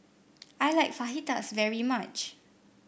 I like Fajitas very much